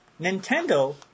Nintendo